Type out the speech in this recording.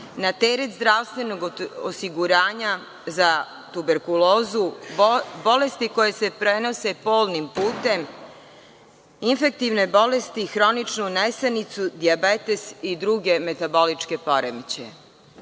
na teret zdravstvenog osiguranja za tuberkulozu, bolesti koje se prenose polnim putem, infektivne bolesti, hroničnu nesanicu, dijabetes i druge metaboličke poremećaje. Sami